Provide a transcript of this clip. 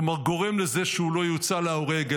כלומר גורם לזה שהוא לא יוצא להורג,